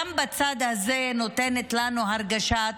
גם בצד הזה, נותנת לנו הרגשת